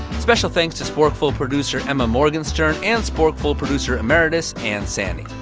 special thanks to sporkful producer emma morgenstern and sporkful producer emeritus ann sandy.